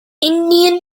indian